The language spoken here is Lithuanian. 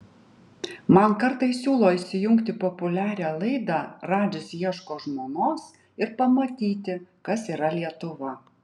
man kartais siūlo įsijungti populiarią laidą radžis ieško žmonos ir pamatyti kas yra lietuva